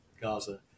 Gaza